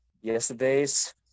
yesterday's